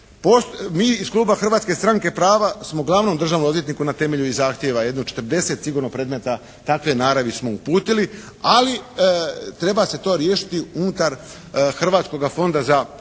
Mi iz kluba Hrvatske stranke prava smo glavnom državnom odvjetniku na temelju i zahtjeva, jedno 40 sigurno predmeta takve naravi smo mu uputili, ali treba se to riješiti unutar Hrvatskoga fonda za